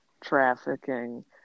trafficking